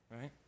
right